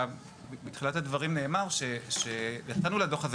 בתחילת הדברים נאמר שיצאנו לדוח הזה